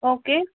okay